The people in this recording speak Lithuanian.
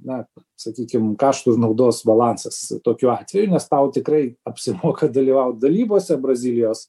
na sakykim kaštų ir naudos balansas tokiu atveju nes tau tikrai apsimoka dalyvaut dalybose brazilijos